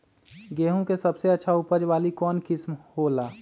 गेंहू के सबसे अच्छा उपज वाली कौन किस्म हो ला?